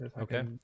okay